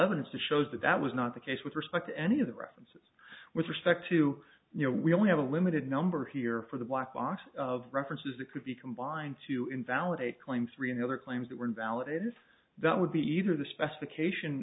evidence that shows that that was not the case with respect to any of the references with respect to you know we only have a limited number here for the black box of references that could be combined to invalidate claims three and other claims that were invalidated that would be either the specification